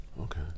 Okay